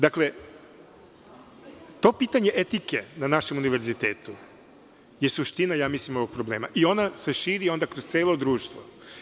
Dakle, to pitanje etike na našem univerzitetu mislim da je suština ovog problema i ona se širi kroz celo društvo.